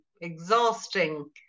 exhausting